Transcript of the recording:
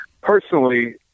personally